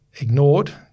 Ignored